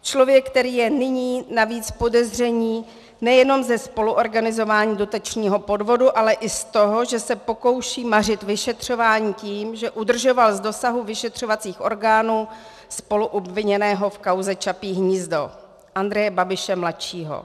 Člověk, který je nyní navíc v podezření nejenom ze spoluorganizování dotačního podvodu, ale i z toho, že se pokouší mařit vyšetřování tím, že udržoval z dosahu vyšetřovacích orgánů spoluobviněného v kauze Čapí hnízdo, Andreje Babiše mladšího.